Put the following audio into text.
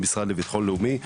במשרד לביטחון לאומי,